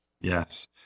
yes